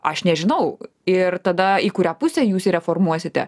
aš nežinau ir tada į kurią pusę jūs reformuosite